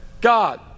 God